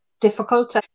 difficult